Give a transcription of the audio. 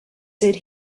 said